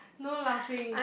no laughing